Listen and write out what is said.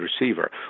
receiver